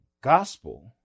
gospel